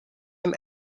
him